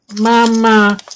Mama